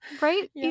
Right